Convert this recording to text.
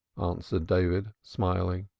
answered david smiling.